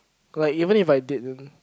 like even if I didn't